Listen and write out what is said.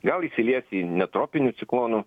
gal įsilies į ne tropinių ciklonų